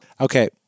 Okay